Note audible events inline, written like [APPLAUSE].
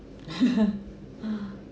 [LAUGHS] [BREATH]